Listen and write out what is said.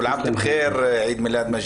יש את דועא כעביה, יש